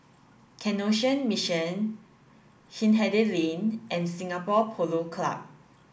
Canossian Mission Hindhede Lane and Singapore Polo Club